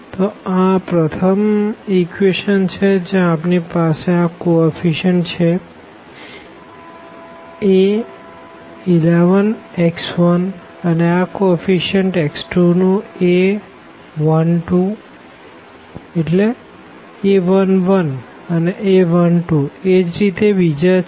તો આ પ્રથમ ઇક્વેશન છે જ્યાં આપણી પાસે આ કો એફ્ફીશીયનટ છે a11x1અને આ કો એફ્ફીશીયનટ x2 નું a12અને એજ રીતે બીજા છે